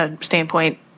standpoint